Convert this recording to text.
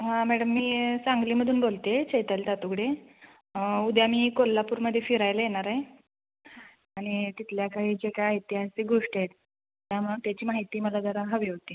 हां मॅडम मी सांगलीमधून बोलत आहे चैताली तातुगडे उद्या मी कोल्हापूरमध्ये फिरायला येणार आहे आणि तिथल्या काही जे काय ऐतिहासिक गोष्टी आहेत त्यामुळं त्याची माहिती मला जरा हवी होती